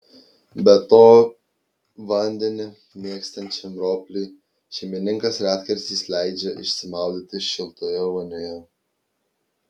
be to vandenį mėgstančiam ropliui šeimininkas retkarčiais leidžia išsimaudyti šiltoje vonioje